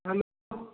hello